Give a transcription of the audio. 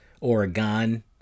Oregon